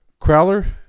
Crowler